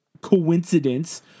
coincidence